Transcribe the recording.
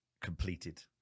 completed